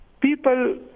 People